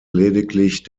lediglich